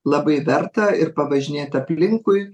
labai verta ir pavažinėti aplinkui